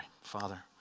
Father